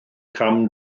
cam